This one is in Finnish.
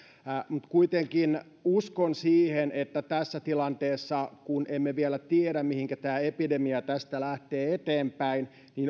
mutta kuitenkin uskon siihen että tässä tilanteessa kun emme vielä tiedä mihinkä tämä epidemia tästä lähtee eteenpäin